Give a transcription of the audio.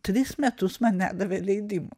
tris metus man nedavė leidimo